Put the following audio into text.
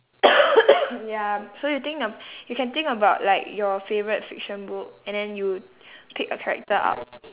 ya so you think of you can think about like your favourite fiction book and then you pick a character up